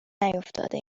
نیفتاده